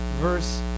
Verse